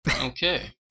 Okay